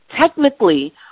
technically